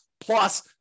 plus